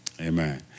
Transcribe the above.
Amen